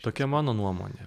tokia mano nuomonė